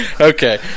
Okay